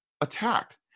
attacked